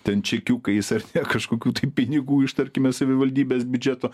ten čekiukais ar ne kažkokių tai pinigų iš tarkime savivaldybės biudžeto